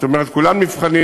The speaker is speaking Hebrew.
זאת אומרת, כולם נבחנים,